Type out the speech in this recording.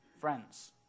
friends